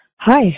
Hi